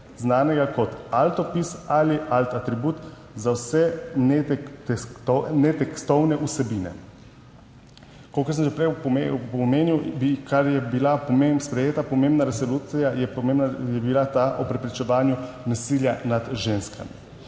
znanega kot alt opis ali alt atribut, za vse netekstovne vsebine. Kakor sem že prej omenil, je bila sprejeta pomembna resolucija o preprečevanju nasilja nad ženskami.